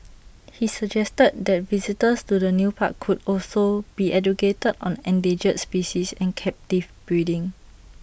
he suggested that visitors to the new park could also be educated on endangered species and captive breeding